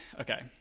okay